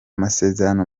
masezerano